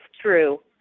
true